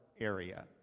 area